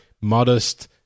modest